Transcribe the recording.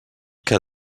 que